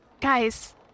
guys